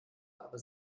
aber